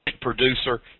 producer